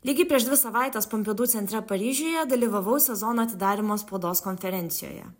lygiai prieš dvi savaites pompidu centre paryžiuje dalyvavau sezono atidarymo spaudos konferencijoje